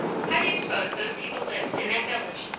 how do you s'pose those people lives, in that village?